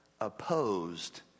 opposed